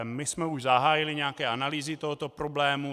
Už jsme zahájili nějaké analýzy tohoto problému.